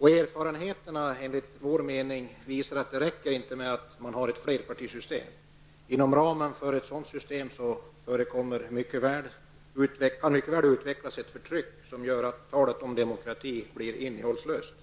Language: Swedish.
Enligt vår åsikt visar erfarenheterna att det inte räcker med att man har ett flerpartisystem. Inom ramen för ett sådant system kan det mycket väl utvecklas ett förtryck som gör att talet om demokrati blir innehållslöst.